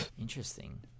Interesting